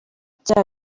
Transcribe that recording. bya